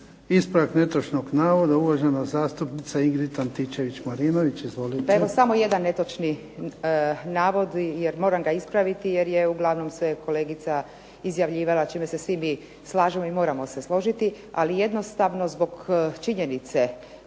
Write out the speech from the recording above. Ispravak netočnog navoda, uvažena zastupnica Ingrid Antičević-Marinović. Izvolite. **Antičević Marinović, Ingrid (SDP)** Pa evo samo jedan netočni navod jer moram ga ispraviti jer je uglavnom sve izjavljivala s čime se svi mi slažemo i moramo se složiti, ali jednostavno zbog činjenice